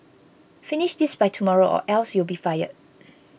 finish this by tomorrow or else you'll be fired